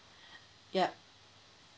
yup